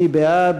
מי בעד?